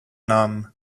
namen